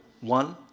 one